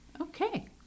Okay